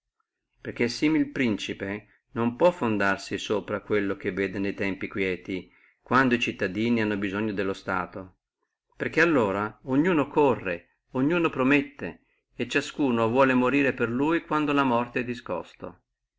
fidare perché simile principe non può fondarsi sopra a quello che vede ne tempi quieti quando e cittadini hanno bisogno dello stato perché allora ognuno corre ognuno promette e ciascuno vuole morire per lui quando la morte è discosto